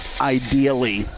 ideally